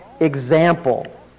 Example